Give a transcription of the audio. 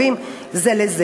וכולנו מחויבים זה לזה.